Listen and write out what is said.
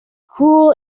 cruel